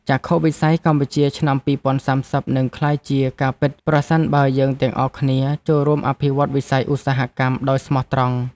ចក្ខុវិស័យកម្ពុជាឆ្នាំ ២០៣០ នឹងក្លាយជាការពិតប្រសិនបើយើងទាំងអស់គ្នាចូលរួមអភិវឌ្ឍវិស័យឧស្សាហកម្មដោយស្មោះត្រង់។